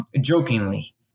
Jokingly